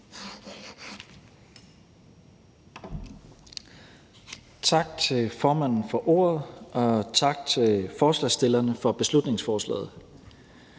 Tak til formanden for ordet, og tak til forslagsstillerne for beslutningsforslag